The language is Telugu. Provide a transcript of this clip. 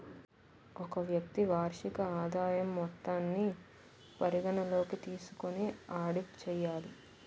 ఒక వ్యక్తి వార్షిక ఆదాయం మొత్తాన్ని పరిగణలోకి తీసుకొని ఆడిట్ చేయాలి